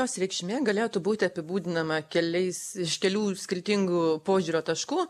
jos reikšmė galėtų būti apibūdinama keliais iš kelių skirtingų požiūrio taškų